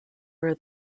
where